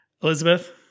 Elizabeth